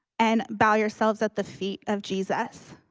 and bow yourselves at the feet of jesus.